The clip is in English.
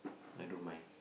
I don't mind